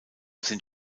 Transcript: sind